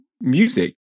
music